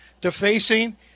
defacing